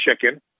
chicken